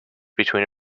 between